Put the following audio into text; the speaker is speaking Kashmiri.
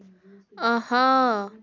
آہا